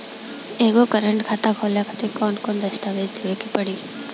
एगो करेंट खाता खोले खातिर कौन कौन दस्तावेज़ देवे के पड़ी?